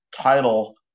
title